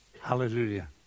Hallelujah